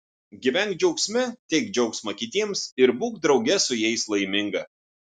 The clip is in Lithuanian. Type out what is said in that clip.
gyvenk džiaugsme teik džiaugsmą kitiems ir būk drauge su jais laiminga